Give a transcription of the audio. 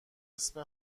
اسم